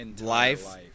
Life